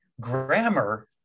Grammar